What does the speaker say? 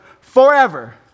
Forever